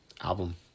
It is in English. album